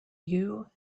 you